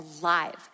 alive